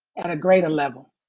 at a greater level.